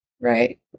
right